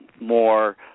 more